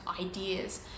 ideas